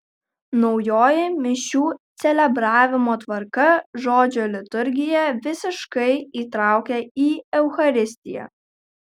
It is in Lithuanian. naujoji mišių celebravimo tvarka žodžio liturgiją visiškai įtraukia į eucharistiją